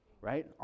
Right